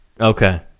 Okay